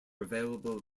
available